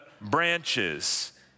branches